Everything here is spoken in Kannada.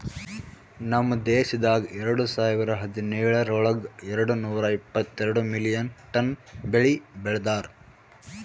ನಮ್ ದೇಶದಾಗ್ ಎರಡು ಸಾವಿರ ಹದಿನೇಳರೊಳಗ್ ಎರಡು ನೂರಾ ಎಪ್ಪತ್ತೆರಡು ಮಿಲಿಯನ್ ಟನ್ ಬೆಳಿ ಬೆ ಳದಾರ್